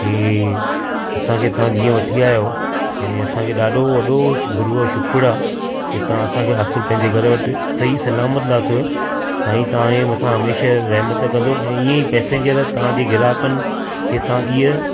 की असांखे तव्हां जीअं वठी आहिया आहियो यानी असांखे ॾाढो वॾो गुरूअ जो शुक्रु आहे की तव्हां असांखे आख़िर पंहिंजे घर वटि सही सलामत लाथोव साईं तव्हांजे मथां हमेशह रेहमत कंदो ऐं हीअं ई पेसनि जे लाइ तव्हांजे ग्राहकनि खे तव्हां इहा